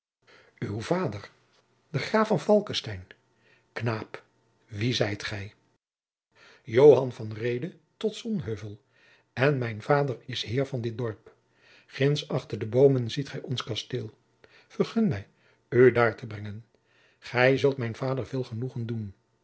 uw vader de graaf van falckestein knaap wie zijt gij joan van reede tot sonheuvel en mijn vader is heer van dit dorp ginds achter de boomen ziet gij ons kasteel vergun mij u daar te brengen gij zult mijn vader veel genoegen doen